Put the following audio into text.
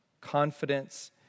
confidence